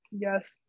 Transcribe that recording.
Yes